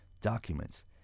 documents